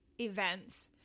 events